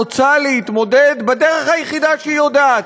רוצה להתמודד בדרך היחידה שהיא יודעת,